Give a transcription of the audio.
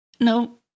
No